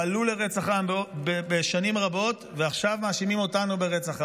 פעלו לרצח עם שנים רבות ועכשיו מאשימים אותנו ברצח עם,